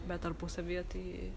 bet tarpusavyje tai